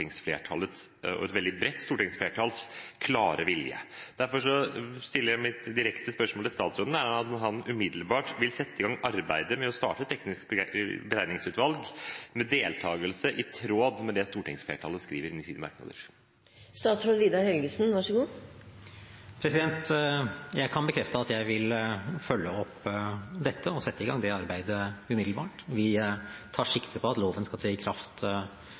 et veldig bredt stortingsflertalls – klare vilje. Derfor stiller jeg mitt direkte spørsmål til statsråden: Vil han umiddelbart sette i gang arbeidet med å starte et teknisk beregningsutvalg med deltakelse i tråd med det stortingsflertallet skriver i sine merknader? Jeg kan bekrefte at jeg vil følge opp dette og sette i gang det arbeidet umiddelbart. Vi tar sikte på at loven skal tre i kraft